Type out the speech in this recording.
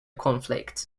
conflict